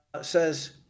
says